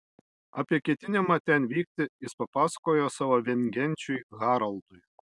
apie ketinimą ten vykti jis papasakojo savo viengenčiui haraldui